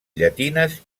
llatines